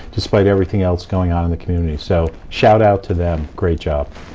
despite everything else going on in the community. so shout out to them. great job!